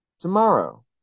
tomorrow